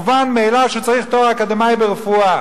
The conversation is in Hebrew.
מובן מאליו שהוא צריך תואר אקדמי ברפואה.